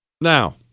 Now